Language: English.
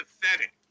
pathetic